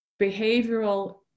behavioral